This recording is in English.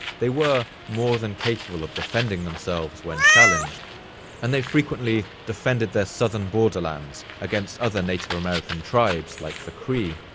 they were more than capable of defending themselves when challenged and they frequently defended their southern borderlands against other native american tribes like the cree.